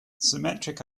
symmetric